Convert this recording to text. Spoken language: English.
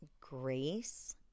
grace